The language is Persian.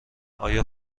آیا